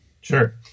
Sure